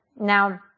Now